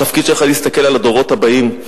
התפקיד שלך הוא להסתכל על הדורות הבאים.